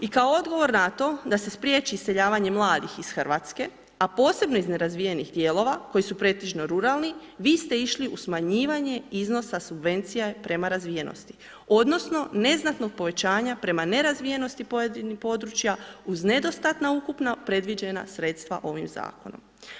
I kao odgovor na to da se spriječi iseljavanje mladih iz RH, a posebno iz nerazvijenih dijelova koji su pretežno ruralni, vi ste išli u smanjivanje iznosa subvencija prema razvijenosti odnosno neznatnog povećanja prema nerazvijenosti pojedinih područja uz nedostatna ukupno predviđena sredstva ovim Zakonom.